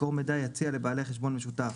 מקור מידע יציע לבעלי חשבון משותף,